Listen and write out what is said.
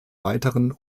weiteren